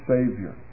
Savior